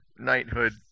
knighthood